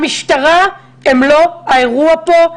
המשטרה היא לא האירוע פה,